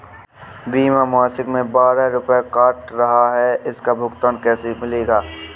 बीमा मासिक में बारह रुपय काट रहा है इसका भुगतान कैसे मिलेगा?